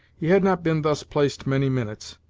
he had not been thus placed many minutes,